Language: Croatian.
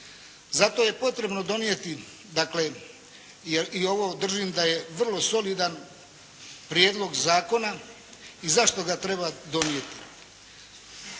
Zato je potrebno donijeti dakle i ovo držim da je vrlo solidan prijedlog zakona i zašto ga treba donijeti.